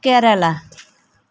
Kerala